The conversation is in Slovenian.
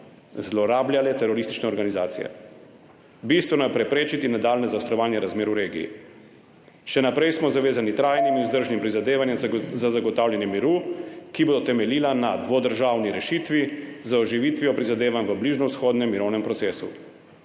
zlorabljale teroristične organizacije. Bistveno je preprečiti nadaljnje zaostrovanje razmer v regiji. Še naprej smo zavezani trajnim in vzdržnim prizadevanjem za zagotavljanje miru, ki bodo temeljila na dvodržavni rešitvi z oživitvijo prizadevanj v bližnjevzhodnem mirovnem procesu.